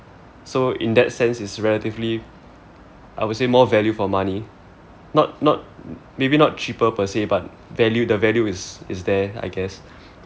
so in that sense it's relatively I would say more value for money not not maybe not cheaper per se but value the value is is there I guess